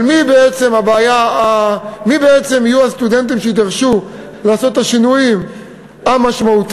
מי בעצם יהיו הסטודנטים שיידרשו לעשות את השינויים המשמעותיים?